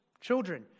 Children